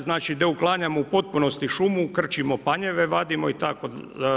Znači da uklanjamo u potpunosti šumu, krčimo panjeve, vadimo itd.